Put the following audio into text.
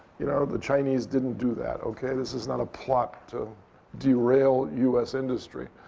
you know, the chinese didn't do that. ok, this is not a plot to derail us industry.